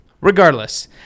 Regardless